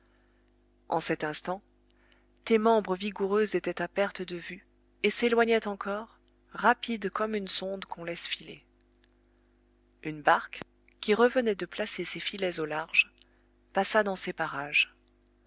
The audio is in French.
en cet instant tes membres vigoureux étaient à perte de vue et s'éloignaient encore rapides comme une sonde qu'on laisse filer une barque qui revenait de placer ses filets au large passa dans ces parages